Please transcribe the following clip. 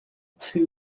two